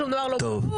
שום דבר לא פתור.